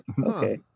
Okay